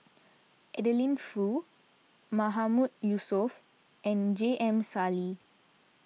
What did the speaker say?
Adeline Foo Mahmood Yusof and J M Sali